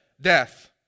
Death